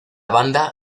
banda